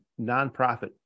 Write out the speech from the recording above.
nonprofit